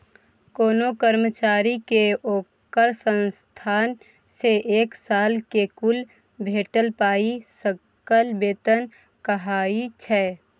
कोनो कर्मचारी केँ ओकर संस्थान सँ एक साल मे कुल भेटल पाइ सकल बेतन कहाइ छै